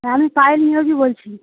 হ্যাঁ আমি পায়েল নিয়োগী বলছি